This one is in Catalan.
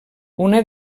una